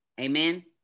Amen